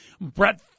Brett